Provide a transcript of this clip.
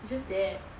it's just there